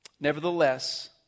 Nevertheless